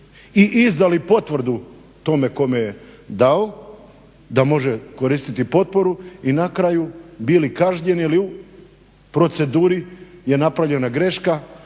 i izdali potvrdu tome kome je dao da može koristiti potporu i na kraju bili kažnjeni jer je u proceduri, je napravljena greška,